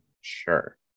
Sure